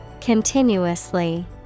Continuously